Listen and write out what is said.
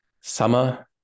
summer